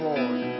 Lord